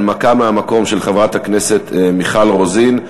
הנמקה מהמקום של חברת הכנסת מיכל רוזין.